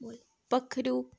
पक्खरू